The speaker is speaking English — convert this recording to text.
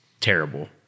terrible